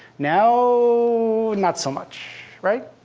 now so not so much, right?